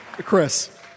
Chris